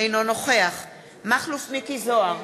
אינו נוכח מכלוף מיקי זוהר,